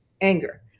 anger